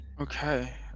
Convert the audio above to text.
Okay